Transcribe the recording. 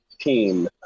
team